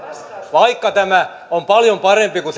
vaikka tämä on paljon parempi kuin